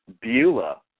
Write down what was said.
Beulah